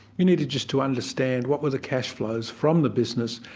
you needed just to understand what were the cash flows from the business,